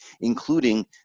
including